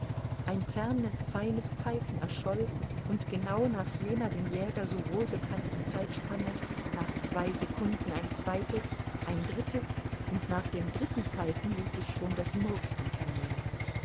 ein fernes feines pfeifen erscholl und genau nach jener dem jäger so wohlbekannten zeitspanne nach zwei sekunden ein zweites ein drittes und nach dem dritten pfeifen ließ sich schon das murksen vernehmen